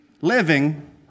living